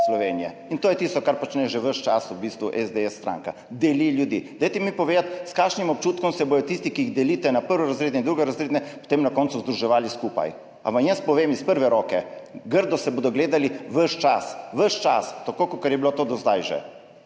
Slovenije. In to je tisto, kar počne že ves čas v bistvu stranka SDS, deli ljudi. Dajte mi povedati, s kakšnim občutkom se bodo tisti, ki jih delite na prvorazredne in drugorazredne, potem na koncu združevali skupaj. Vam jaz povem iz prve roke? Grdo se bodo gledali ves čas. Ves čas, tako kakor je bilo to že do zdaj.